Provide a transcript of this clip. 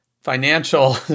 financial